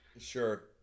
sure